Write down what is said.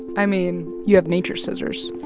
i mean, you have nature's scissors,